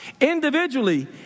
individually